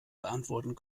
beantworten